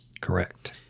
Correct